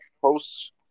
post